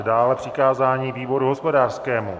Dále přikázání výboru hospodářskému.